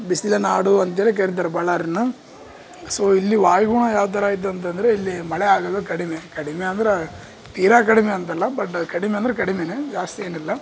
ಬಿಸಿಲ ನಾಡು ಅಂತ್ಹೇಳಿ ಕರಿತಾರ ಬಳ್ಳಾರಿನ ಸೋ ಇಲ್ಲಿ ವಾಯುಗುಣ ಯಾವ್ಥರ ಐತಂತಂದರೆ ಇಲ್ಲಿ ಮಳೆ ಆಗದು ಕಡಿಮೆ ಕಡಿಮೆ ಅಂದ್ರೆ ತೀರ ಕಡಿಮೆ ಅಂತಲ್ಲ ಬಟ್ ಕಡಿಮೆ ಅಂದ್ರೆ ಕಡಿಮೆಯೇ ಜಾಸ್ತಿ ಏನಿಲ್ಲ